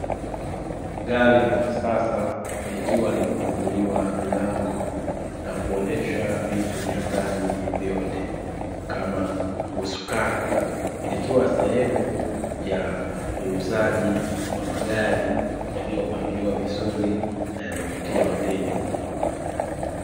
Gari la kisasa likiwa limefunguliwa milango na kuonesha vitu vya ndani vyote; kama usukani, likiwa sehemu ya uuzaji wa magari yaliyopangiliwa vizuri na yanavutia wateja.